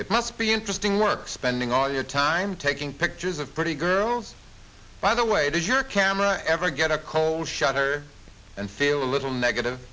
it must be interesting work spending all your time taking pictures of pretty girls by the way did your camera ever get a cold shudder and feel a little negative